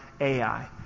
Ai